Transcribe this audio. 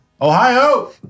Ohio